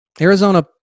Arizona